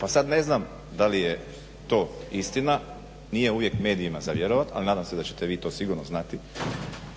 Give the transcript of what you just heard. pa sad ne znam dali je to istina, nije uvijek medijima za vjerovati, ali nadam se da će te vi to sigurno znati.